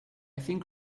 think